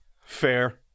fair